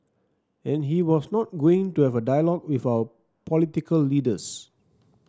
and he was not going to have a dialogue with our political leaders